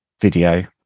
video